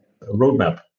roadmap